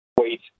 Wait